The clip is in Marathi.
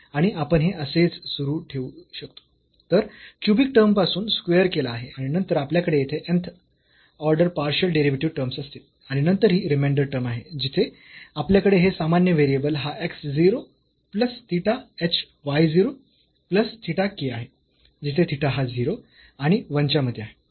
तर क्यूबिक टर्म पासून स्क्वेअर केला आहे आणि नंतर आपल्याकडे या nth order partial derivative terms असतील आणि नंतर ही रिमेंडर टर्म आहे जिथे आपल्याकडे हे सामान्य व्हेरिएबल हा x 0 plus theta h y 0 plus theta k आहे जिथे थिटा हा 0 आणि 1 च्या मध्ये आहे